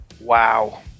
Wow